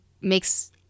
makes